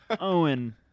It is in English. Owen